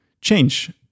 change